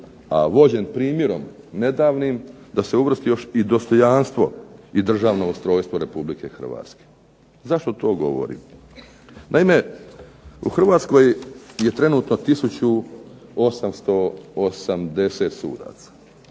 a vođen primjerom nedavnim da se uvrsti još i dostojanstvo i državno ustrojstvo RH. Zašto to govorim? Naime, u Hrvatskoj je trenutno 1880 sudaca.